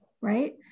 Right